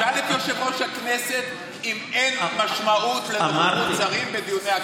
שאל את יושב-ראש הכנסת אם אין משמעות לנוכחות שרים בדיוני הכנסת.